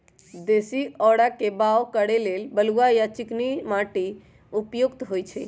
देशी औरा के बाओ करे लेल बलुआ आ चिकनी माटि उपयुक्त होइ छइ